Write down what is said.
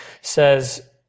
says